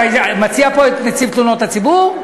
אתה מציע פה את נציב תלונות הציבור?